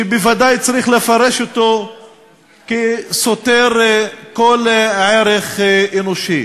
שבוודאי צריך לפרש אותו כסותר כל ערך אנושי.